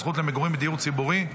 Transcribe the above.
זכות למגורים בדיור ציבורי),